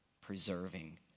preserving